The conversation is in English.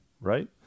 right